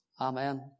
Amen